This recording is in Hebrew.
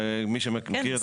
מי שמכיר.